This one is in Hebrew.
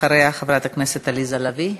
אחריה, חברת הכנסת עליזה לביא.